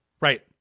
Right